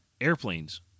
airplanes